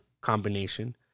combination